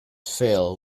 fail